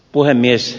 puhemies